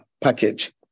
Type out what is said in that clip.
package